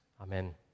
Amen